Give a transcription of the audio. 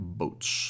boats